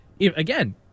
again